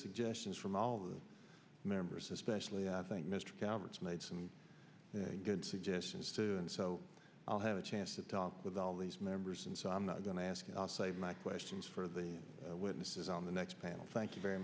suggestions from all members especially i think mr talbot's made some good suggestions so i'll have a chance to talk with all these members and so i'm not going to ask i'll save my questions for the witnesses on the next panel thank you very